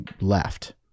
left